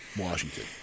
Washington